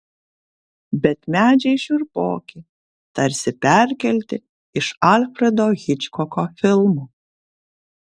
bet medžiai šiurpoki tarsi perkelti iš alfredo hičkoko filmų